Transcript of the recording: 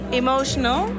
emotional